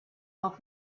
off